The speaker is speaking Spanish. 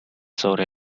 sobre